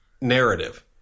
narrative